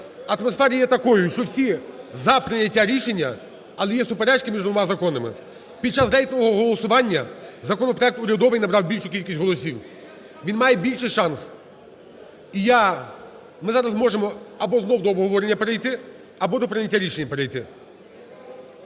Атмосфера є такою, що всі за прийняття рішення, але є суперечки між двома законами. Під час рейтингового голосування законопроект урядовий набрав більшу кількість голосів, він має більший шанс. І я… ми зараз можемо або знов до обговорення перейти, або до прийняття рішення перейти.